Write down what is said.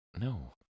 No